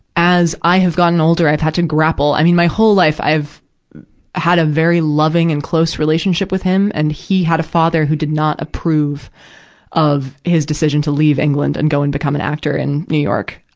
as i have gotten older, i've had to grapple. i mean, my whole life, i've had a very loving and close relationship with him. and he had a father who did not approve of his decision to leave england and go and become an actor in new york.